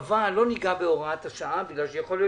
אבל לא ניגע בהוראת השעה בגלל שיכול להיות